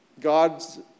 God's